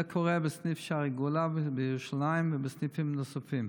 זה קורה בסניף שערי גאולה בירושלים ובסניפים נוספים.